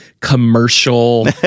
commercial